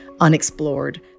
unexplored